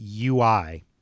UI